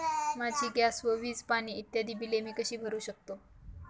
माझी गॅस, वीज, पाणी इत्यादि बिले मी कशी भरु शकतो?